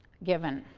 given.